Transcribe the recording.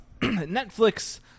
Netflix